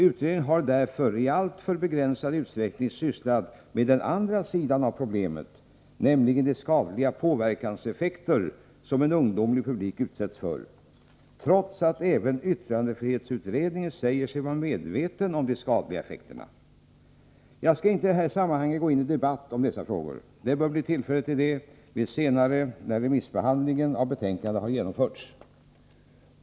Utredningen har därför i alltför begränsad utsträckning sysslat med den andra sidan av problemet, nämligen de skadliga påverkanseffekter som en ungdomlig publik utsätts för — trots att även yttrandefrihetsutredningen säger sig vara medveten om de skadliga effekterna. Jag skall inte i detta sammanhang gå in i debatt om dessa frågor. Det bör bli tillfälle till det senare, när remissbehandlingen av betänkandet har genomförts.